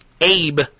Abe